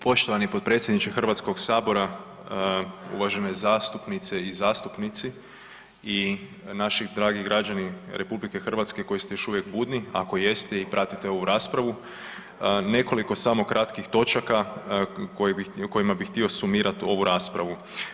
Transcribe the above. Poštovani potpredsjedniče Hrvatskog sabora, uvažene zastupnice i zastupnici i naši dragi građani RH koji ste još uvijek budni, ako jeste i pratite ovu raspravu nekoliko samo kratkih točaka kojima bih htio sumirati ovu raspravu.